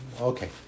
okay